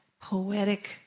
poetic